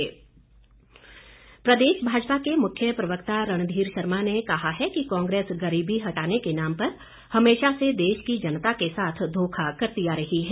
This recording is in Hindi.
रणघीर शर्मा प्रदेश भाजपा के मुख्य प्रवक्ता रणधीर शर्मा ने कहा है कि कांग्रेस गरीबी हटाने के नाम पर हमेशा से देश की जनता के साथ धोखा करती आ रही है